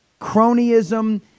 cronyism